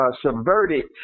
subverted